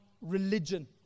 religion